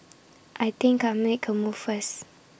I think I'll make A move first